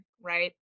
right